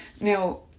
Now